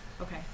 Okay